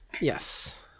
Yes